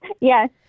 Yes